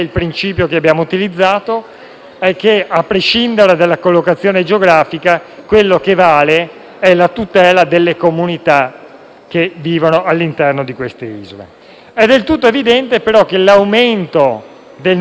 cui, a prescindere dalla collocazione geografica, vale la tutela delle comunità che vivono all'interno delle isole. È del tutto evidente, però, che l'aumento del numero delle isole in questione